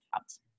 Jobs